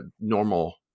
normal